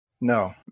No